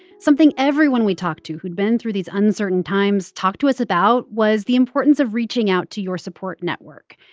something everyone we talked to who'd been through these uncertain times talked to us about was the importance of reaching out to your support network.